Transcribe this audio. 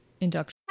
induction